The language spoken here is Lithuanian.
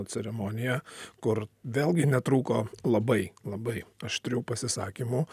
ceremonija kur vėlgi netrūko labai labai aštrių pasisakymų